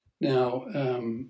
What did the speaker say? Now